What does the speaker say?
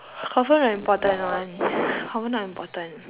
confirm not important [one] confirm not important